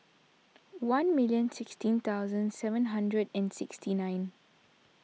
one million sixteen thousand seven hundred and sixty nine